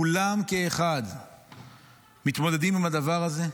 כולם כאחד מתמודדים עם הדבר הזה.